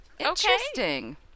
Interesting